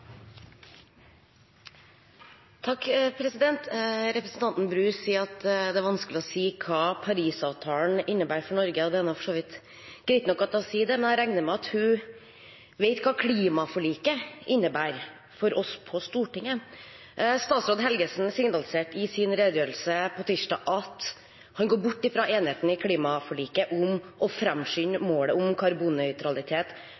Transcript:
er vanskelig å si hva Paris-avtalen innebærer for Norge. Det er for så vidt greit nok at hun sier det, men jeg regner med at hun vet hva klimaforliket innebærer for oss på Stortinget. Statsråd Helgesen signaliserte i sin redegjørelse på tirsdag at han går bort fra enigheten i klimaforliket om å